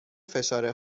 فشار